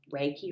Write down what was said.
Reiki